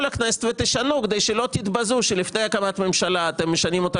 לכנסת ותשנו כדי שלא תתבזו שלפני הקמת ממשלה אתם משנים אותה